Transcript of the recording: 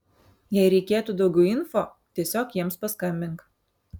jei reikėtų daugiau info tiesiog jiems paskambink